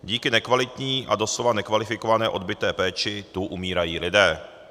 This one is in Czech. Díky nekvalitní a doslova nekvalifikované odbyté péči tu umírají lidé.